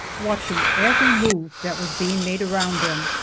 watching every move that was being made around them.